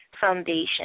foundation